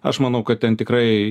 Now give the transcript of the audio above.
aš manau kad ten tikrai